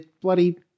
bloody –